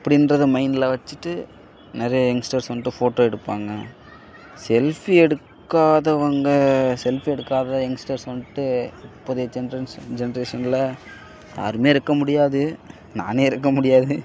அப்டின்றதை மைண்டில் வெச்சிட்டு நிறைய எங்ஸ்டர்ஸ் வந்துட்டு ஃபோட்டோ எடுப்பாங்க செல்ஃபி எடுக்காதவங்க செல்ஃபி எடுக்காத எங்ஸ்டர்ஸ் வந்துட்டு இப்போதைய ஜென்ரன்ஷ் ஜென்ரேஷனில் யாருமே இருக்க முடியாது நானே இருக்க முடியாது